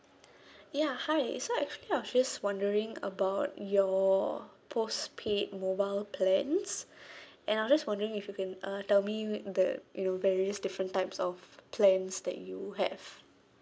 ya hi and so actually I was just wondering about your postpaid mobile plans and I'm just wondering if you can uh tell me with the you know various different types of plans that you have